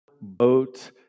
boat